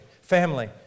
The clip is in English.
family